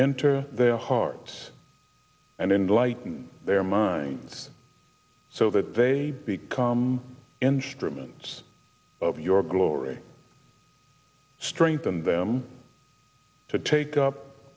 enter their heart and in the light and their mind so that they become instruments of your glory strengthen them to take up